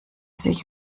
sich